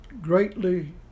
greatly